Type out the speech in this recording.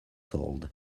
sold